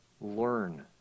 Learn